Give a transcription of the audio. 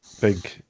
Big